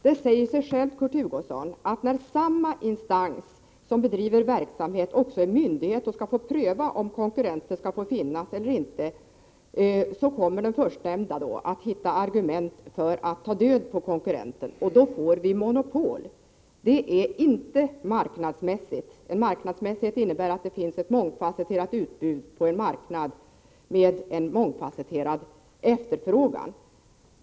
Det säger sig självt, Kurt Hugosson, att när samma instans som bedriver verksamhet också är myndighet och skall pröva om konkurrenten skall få finnas eller inte, kommer den att hitta argument för att ta död på konkurrenten, och då får vi monopol. Det är inte marknadsmässigt. Marknadsmässighet innebär att det finns ett mångfasetterat utbud på en marknad med en mångfasetterad efterfrågan.